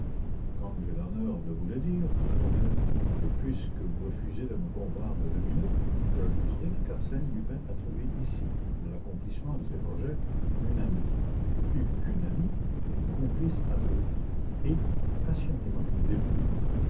comme j'ai l'honneur de vous le dire mademoiselle et puisque vous refusez de me comprendre à demi-mot j'ajouterai qu'arsène lupin a trouvé ici pour l'accomplissement de ses projets une amie plus qu'une amie une complice aveugle et passionnément dévouée